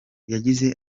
yagize